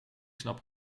snap